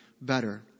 better